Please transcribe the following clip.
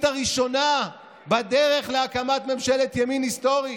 הראשונה בדרך להקמת ממשלת ימין היסטורית.